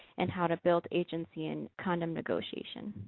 and how to build agency and condom negotiations.